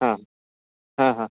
हां हां हां